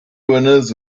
winners